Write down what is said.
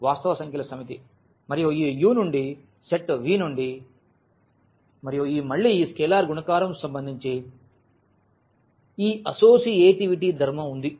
వాస్తవ సంఖ్యల సమితి మరియు ఈ u నుండి సెట్ v నుండి మరియు ఈ మళ్ళీ ఈ స్కేలార్ గుణకారం సంబంధించి ఈ అసోసియేటివిటీ ధర్మం ఉంది